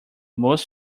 most